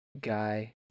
guy